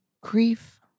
grief